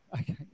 Okay